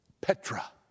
Petra